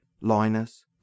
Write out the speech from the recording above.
Linus